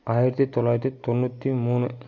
ஆயிரத்து தொள்ளாயிரத்தி தொண்ணூற்றி மூணு